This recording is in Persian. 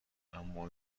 اما